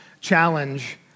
challenge